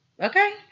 okay